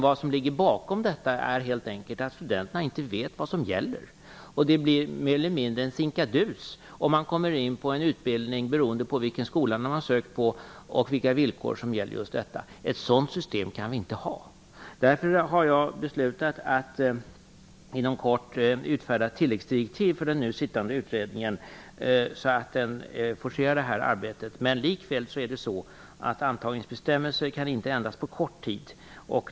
Vad som ligger bakom detta är helt enkelt att studenterna inte vet vad som gäller. Det är mer eller mindre en sinkadus om man kommer in på en utbildning. Det beror på vilken skola man har sökt till och vilka villkor som gäller just där. Ett sådant system kan vi inte ha. Därför har jag beslutat att inom kort utfärda tilläggsdirektiv för den nu sittande utredningen så att den forcerar det här arbetet. Men det är likväl så att antagningsbestämmelser inte kan ändras på kort tid.